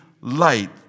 light